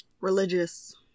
religious